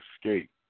escape